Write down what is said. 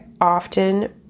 often